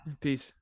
Peace